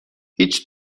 هیچ